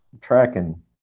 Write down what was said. tracking